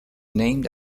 named